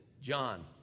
John